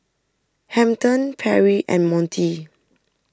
Hampton Perri and Montie